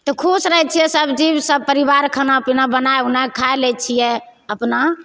तऽ खुश रहय छियै सब जीब सब परिवार खाना पीना बना उनाके खाय लै छियै अपना